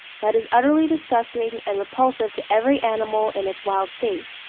that is utterly disgusting and repulsive to every animal in its wild state.